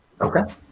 Okay